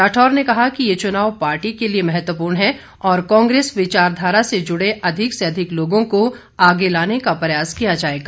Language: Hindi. राठौर ने कहा कि ये चुनाव पार्टी के लिए महत्वपूर्ण है और कांग्रेस विचारधारा से जुड़े अधिक से अधिक लोगों को आगे लाने का प्रयास किया जाएगा